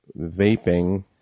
vaping